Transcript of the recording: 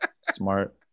smart